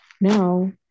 Now